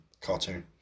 cartoon